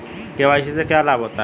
KYC से क्या लाभ होता है?